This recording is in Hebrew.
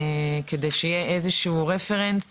כדי שיהיה איזה שהוא רפרנס,